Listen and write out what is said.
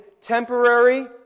temporary